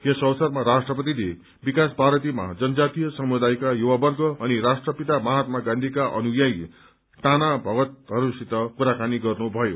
यस अवसरमा राष्ट्रपतिले विकास भारतीमा जनजातीय समुदायका युवावर्ग अनि राष्ट्रपिता महात्मा गाँधीका अनुयायी टाना भगतहरूसित कुराकानी गर्नुभयो